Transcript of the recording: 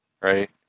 right